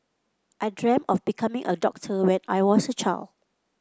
I dreamt of becoming a doctor when I was a child